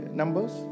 numbers